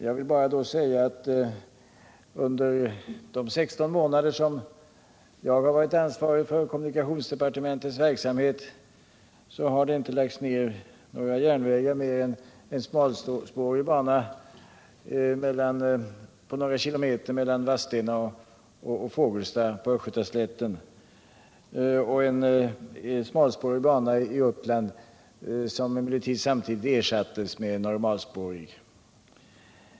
Jag vill då bara säga att under de 16 månader som jag har varit ansvarig för kommunikationsdepartementets verksamhet har det inte lagts ned några järnvägar mer än en smalspårig bana på några kilometer mellan Vadstena och Fågelsta på Östgötaslätten och en smalspårig bana i Uppland, som emellertid samtidigt ersattes med en normalspårig.